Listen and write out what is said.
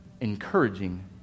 encouraging